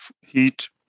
heat